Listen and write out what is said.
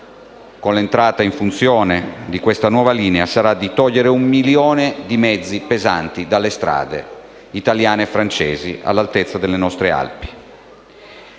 con l'entrata in funzione di questa nuova linea sarà di togliere un milione di mezzi pesanti dalle strade italiane e francesi all'altezza delle nostre Alpi.